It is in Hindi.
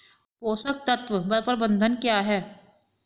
पोषक तत्व प्रबंधन क्या है?